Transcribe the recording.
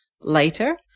later